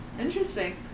Interesting